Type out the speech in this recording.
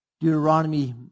Deuteronomy